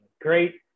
Great